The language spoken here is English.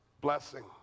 blessing